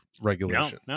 regulation